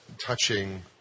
touching